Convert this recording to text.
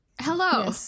hello